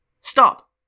Stop